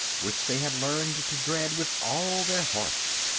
which they had learned to dread with all their hearts.